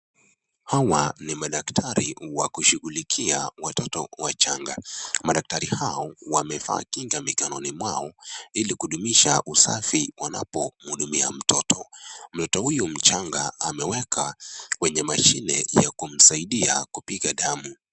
Hawa ni madaktari wa kushughulikia watoto wachanga. Madaktari hao wamevaa kinga mikononi mwao ili kudumisha usafi wanapomhudumia mtoto. Mtoto huyu mchanga ameweka kwenye mashine ya kumsaidia kupiga damu.